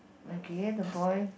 okay the boy